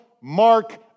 Mark